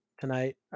tonight